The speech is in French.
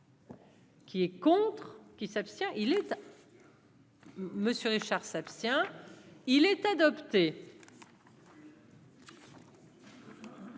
Qui est contre qui s'abstient il. Bien. Monsieur Richard s'abstient, il est adopté.